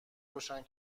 روشن